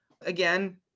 Again